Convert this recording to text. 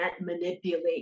manipulate